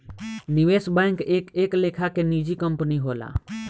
निवेश बैंक एक एक लेखा के निजी कंपनी होला